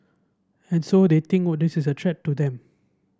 and so they think what this is a threat to them